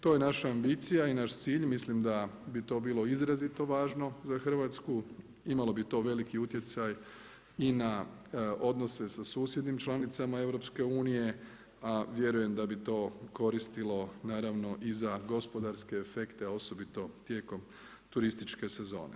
To je naša ambicija i naš cilj, mislim da bi to bilo izrazito važno za Hrvatsku, imalo bi to veliki utjecaj i na odnose sa susjednim članicama EU a vjerujem da bi to koristilo, naravno i za gospodarske efekte, a osobito tijekom turističke sezone.